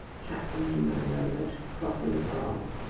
captain nemo murmured, crossing his arms.